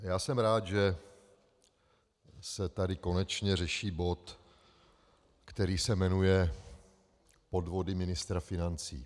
Já jsem rád, že se tady konečně řeší bod, který se jmenuje Podvody ministra financí.